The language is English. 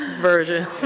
version